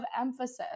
emphasis